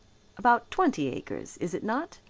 about twenty acres, is it not,